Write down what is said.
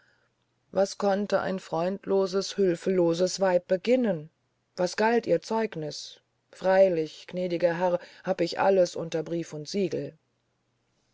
was konnte ein freundloses hülfloses weib beginnen was galt ihr zeugniß freylich gnädiger herr hab ich alles unter brief und siegel